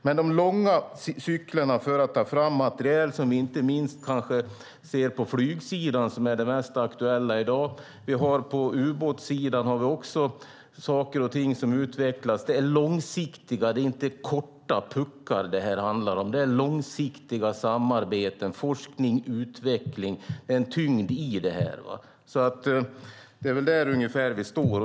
Det är långa cykler för att ta fram materiel, inte minst på flygsidan, som är det mest aktuella i dag. På ubåtssidan har vi också saker och ting som utvecklas. Det är långsiktighet och inte korta puckar det här handlar om. Det är långsiktiga samarbeten, forskning och utveckling. Det är en tyngd i det här. Det är väl där ungefär vi står.